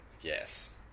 Yes